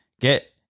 get